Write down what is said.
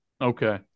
Okay